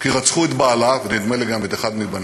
כי רצחו את בעלה, ונדמה לי גם את אחד מבניה,